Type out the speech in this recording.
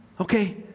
Okay